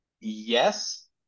Yes